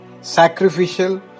sacrificial